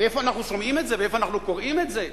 איפה אנחנו שומעים את זה ואיפה אנחנו קוראים את זה?